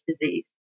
disease